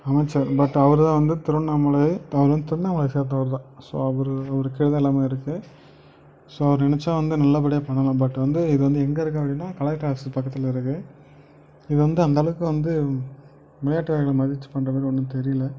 அமைச்சர் பட் அவருதான் வந்து திருவண்ணாமலை அவரு வந்து திருவண்ணாமலைய சேர்ந்தவர் தான் ஸோ அவரு அவரு கையில் தான் எல்லாமே இருக்குது ஸோ அவரு நினைச்சா வந்து நல்லபடியாக பண்ணலாம் பட் வந்து இது வந்து எங்கே இருக்கு அப்படின்னா கலெக்ட்ரு ஆஃபீஸுக்கு பக்கத்தில் இருக்குது இது வந்து அந்தளவுக்கு வந்து விளையாட்டு வீரர்களை மதிச்சி பண்ணுறமாரி ஒன்னும் தெரியல